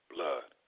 Blood